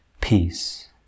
peace